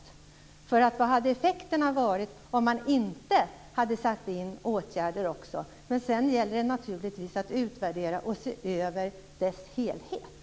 Vad hade effekterna varit om man inte hade satt in åtgärder? Det gäller naturligtvis att utvärdera och se över helheten.